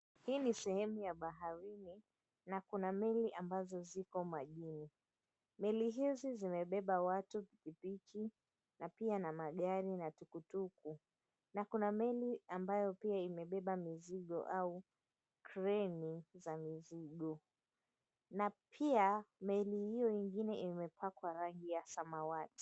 Hii ni sehemu ya baharini, na kuna meli ambazo ziko majini. Meli hizi zimebeba watu, pikipiki na pia na magari na tuktuk na kuna meli ambayo pia imebeba mizigo au kreni za mizigo, na pia meli hio ingine imepakwa rangi ya samawati.